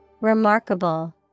Remarkable